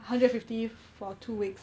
hundred and fifty for two weeks